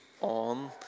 on